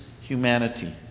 humanity